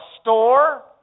store